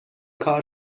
کار